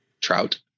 trout